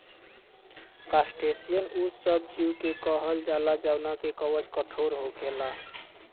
crustacean उ सब जीव के कहल जाला जवना के कवच कठोर होखेला